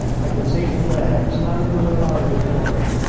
i can see them now, standing in a line before me,